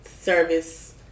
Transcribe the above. service